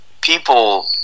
people